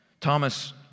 Thomas